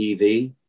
EV